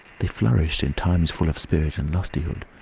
they flourished in times full of spirit and lustihood,